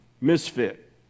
misfit